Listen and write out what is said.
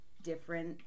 different